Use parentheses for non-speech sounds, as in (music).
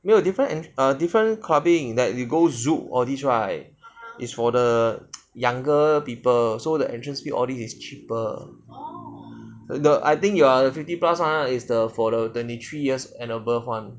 没有 different err different clubbing that you go zouk all this right is for the (noise) younger people so the entrance fee all this is cheaper the I think your fifty plus one is the for the twenty three years and above [one]